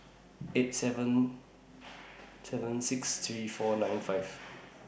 eight seven seven six three four nine five